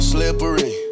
Slippery